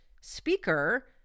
speaker